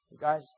Guys